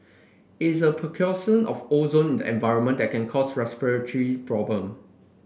is a precursor of ozone the environment that and can cause respiratory problem